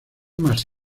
más